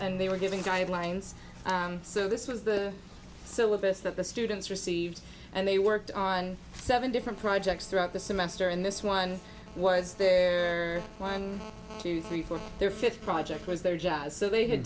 and they were giving jive lines so this was the syllabus that the students received and they worked on seven different projects throughout the semester and this one was one two three four their fifth project was their job so they had